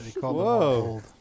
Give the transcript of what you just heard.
Whoa